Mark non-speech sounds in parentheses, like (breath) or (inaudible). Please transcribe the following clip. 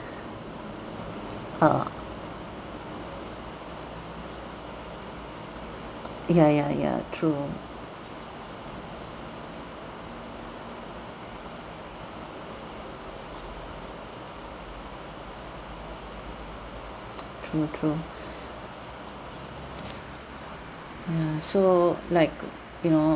uh ya ya ya true (noise) true true (breath) ya so like you know